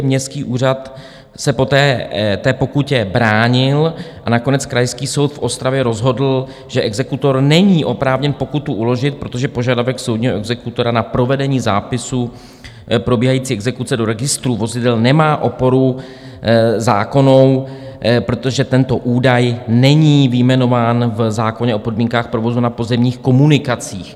Městský úřad se té pokutě bránil a nakonec Krajský soud v Ostravě rozhodl, že exekutor není oprávněn pokutu uložit, protože požadavek soudního exekutora na provedení zápisu probíhající exekuce do registru vozidel nemá oporu zákonnou, protože tento údaj není vyjmenován v zákoně o podmínkách provozu na pozemních komunikacích.